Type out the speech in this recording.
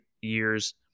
years